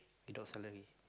without salary